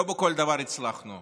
לא בכל דבר הצלחנו,